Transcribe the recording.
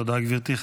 תודה, גברתי.